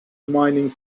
mining